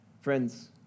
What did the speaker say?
Friends